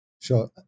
Sure